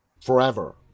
forever